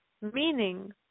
Meaning